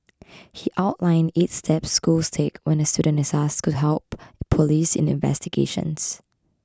he outlined eight steps schools take when a student is asked to help police in investigations